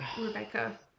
Rebecca